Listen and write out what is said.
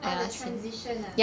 orh the transition ah